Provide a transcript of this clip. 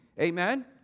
Amen